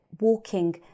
walking